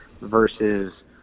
versus